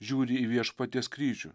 žiūri į viešpaties kryžių